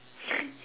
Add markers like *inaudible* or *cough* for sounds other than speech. *laughs*